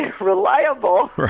reliable